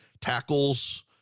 tackles